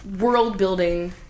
world-building